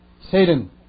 Satan